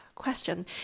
question